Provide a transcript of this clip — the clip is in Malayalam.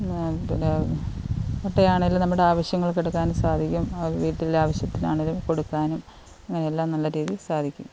പിന്നെ മുട്ടയാണേലും നമ്മുടെ ആവശ്യങ്ങൾകെകെ എടുക്കാൻ സാധിക്കും വീട്ടിലെ ആവശ്യത്തിനാണേലും കൊടുക്കാനും അങ്ങനെ എല്ലാം നല്ല രീതിയിൽ സാധിക്കും